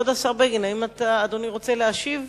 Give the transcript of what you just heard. כבוד השר בגין, האם אדוני רוצה להשיב?